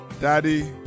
Daddy